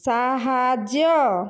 ସାହାଯ୍ୟ